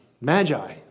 magi